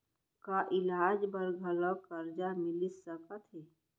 का इलाज बर घलव करजा मिलिस सकत हे?